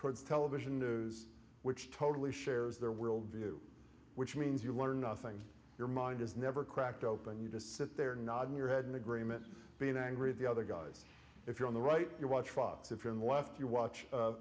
towards television news which totally shares their world view which means you learn nothing your mind is never cracked open you just sit there nodding your head in agreement being angry at the other guys if you're on the right you watch fox if you're in the left you watch